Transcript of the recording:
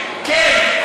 כן,